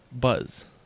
Buzz